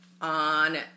on